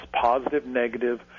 positive-negative